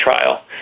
trial